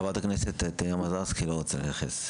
חברת הכנסת, טטיאנה מזרסקי, לא רוצה להתייחס.